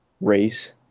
race